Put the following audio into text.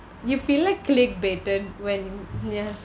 you feel like click baited when ya